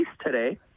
today